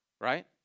right